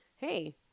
hey